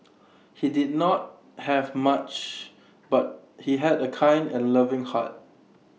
he did not have much but he had A kind and loving heart